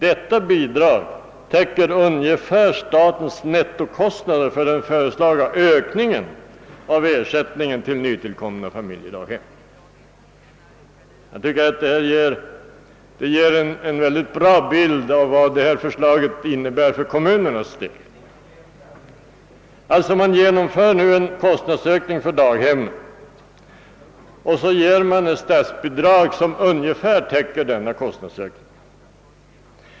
Detta bidrag täcker ungefär stadens nettokostnader för den föreslagna ökningen av ersättningen till nytillkomna familjedaghem.» Jag tycker att detta ger en mycket god bild av vad förslaget innebär för kommunernas del. Man genomför en kostnadsökning för daghemmen och lämnar ett statsbidrag som ungefär täcker denna kostnadsökning.